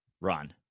run